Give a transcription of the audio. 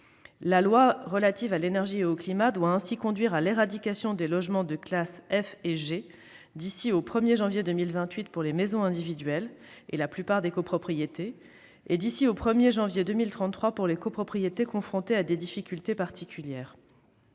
La loi relative à l'énergie et au climat doit ainsi conduire à l'éradication des logements de classe F et G d'ici au 1 janvier 2028 pour les maisons individuelles et la plupart des copropriétés et d'ici au 1 janvier 2033 pour les copropriétés confrontées à des difficultés particulières.